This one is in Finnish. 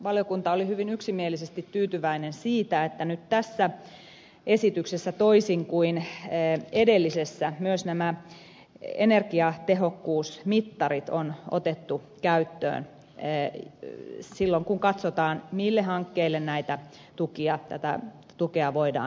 valiokunta oli hyvin yksimielisesti tyytyväinen siitä että nyt tässä esityksessä toisin kuin edellisessä myös nämä energiatehokkuusmittarit on otettu käyttöön silloin kun katsotaan mille hankkeille tätä tukea voidaan myöntää